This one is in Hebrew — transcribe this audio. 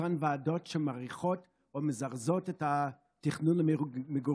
אותן ועדות שמעריכות או מזרזות את תכנון המגורים.